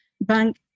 Bank